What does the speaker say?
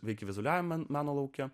veik vizualiajam ant mano laukiu